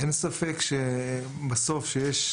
אין ספק שבסוף כשיש